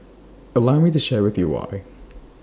allow me to share with you why